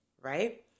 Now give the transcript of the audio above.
right